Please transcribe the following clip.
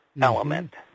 element